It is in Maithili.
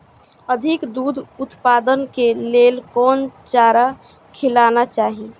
अधिक दूध उत्पादन के लेल कोन चारा खिलाना चाही?